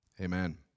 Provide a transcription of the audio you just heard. Amen